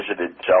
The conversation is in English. visited